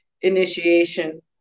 initiation